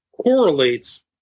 correlates